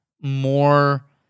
more